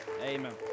Amen